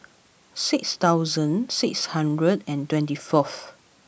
six thousand six hundred and twenty fourth